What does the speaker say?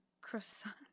Croissant